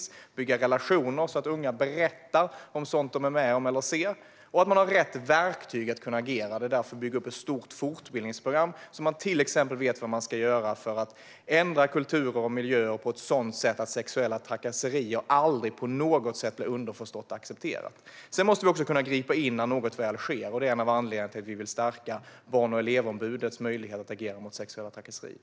Det handlar om att bygga relationer så att unga berättar om sådant de är med om eller ser och om att man har rätt verktyg för att kunna agera. Det är därför vi bygger upp ett stort fortbildningsprogram, så att man till exempel vet vad man ska göra för att ändra kulturer och miljöer på ett sådant sätt att sexuella trakasserier aldrig underförstått är accepterat. Vi måste också kunna gripa in när något väl sker. Det är en av anledningarna till att vi vill stärka barn och elevombudets möjlighet att agera mot sexuella trakasserier.